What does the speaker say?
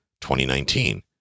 2019